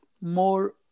more